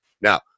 Now